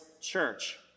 church